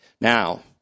Now